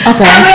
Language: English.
Okay